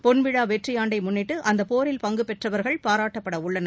பொன் விழா வெற்றி ஆண்டை முன்னிட்டு அந்தப் போரில் பங்கு பெற்றவர்கள் பாராட்டப்பட உள்ளனர்